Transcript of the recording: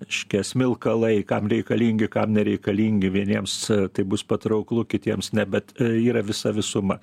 reiškia smilkalai kam reikalingi kam nereikalingi vieniems tai bus patrauklu kitiems ne bet yra visa visuma